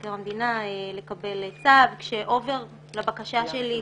מבקר המדינה לקבל צו כשעובר לבקשה שלי,